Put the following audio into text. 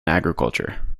agriculture